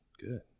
good